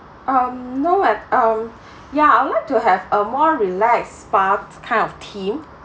um no at um ya I would like to have a more relaxed spa kind of theme